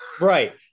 Right